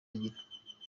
agira